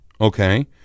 Okay